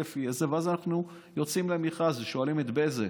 ואז אנחנו יוצאים למכרז ושואלים את בזק: